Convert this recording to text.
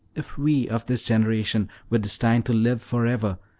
if we of this generation were destined to live for ever,